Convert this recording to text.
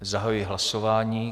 Zahajuji hlasování.